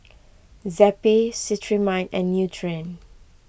Zappy Cetrimide and Nutren